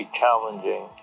challenging